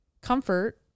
comfort